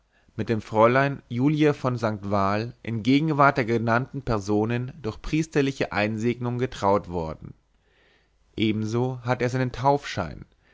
mit dem fräulein julie von st val in gegenwart der genannten personen durch priesterliche einsegnung getraut worden ebenso hatte er seinen taufschein